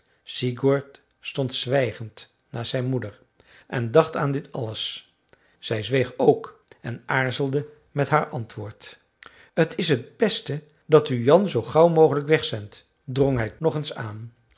sigurd stond zwijgend naast zijn moeder en dacht aan dit alles zij zweeg ook en aarzelde met haar antwoord t is het beste dat u jan zoo gauw mogelijk wegzendt drong hij nog eens aan